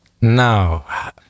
Now